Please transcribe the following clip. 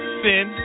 sin